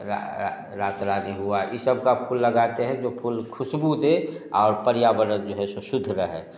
रात रानी हुआ ई सब का फूल लगाते हैं जो फूल खुशबू दे और पर्यावरण जो है सो शुद्ध रहे